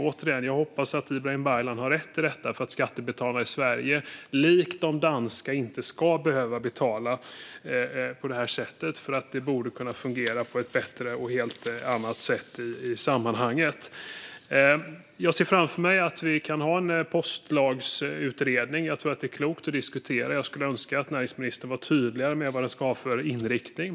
Återigen: Jag hoppas att Ibrahim Baylan har rätt så att skattebetalarna i Sverige, till skillnad från de danska, inte ska behöva betala. Det borde kunna fungera på ett annat och bättre sätt. Jag ser en postlagsutredning framför mig, för det vore klokt att diskutera lagen. Jag skulle önska att näringsministern var tydligare med vad utredningen ska ha för inriktning.